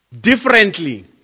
differently